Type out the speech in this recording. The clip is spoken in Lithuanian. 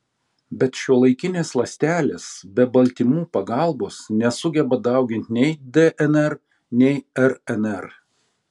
bet šiuolaikinės ląstelės be baltymų pagalbos nesugeba dauginti nei dnr nei rnr